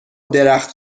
درخت